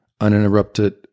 uninterrupted